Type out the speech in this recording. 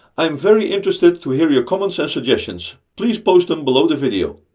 i am very interested to hear your comments and suggestions, please post them below the video.